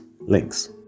links